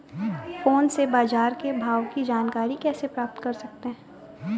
Phone से बाजार के भाव की जानकारी कैसे प्राप्त कर सकते हैं?